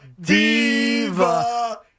Diva